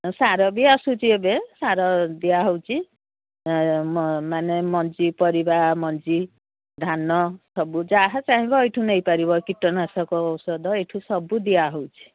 ସାର ବି ଆସୁଛି ଏବେ ସାର ଦିଆହେଉଛି ମାନେ ମଞ୍ଜି ପରିବା ମଞ୍ଜି ଧାନ ସବୁ ଯାହା ଚାହିଁବ ଏଇଠୁ ନେଇପାରିବ କୀଟନାଶକ ଔଷଧ ଏଇଠୁ ସବୁ ଦିଆହେଉଛିି